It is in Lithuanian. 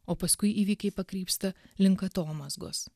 o paskui įvykiai pakrypsta link atomazgos